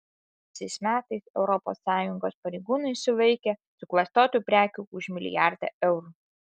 praėjusiais metais europos sąjungos pareigūnai sulaikė suklastotų prekių už milijardą eurų